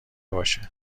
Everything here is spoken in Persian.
باشه